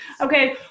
Okay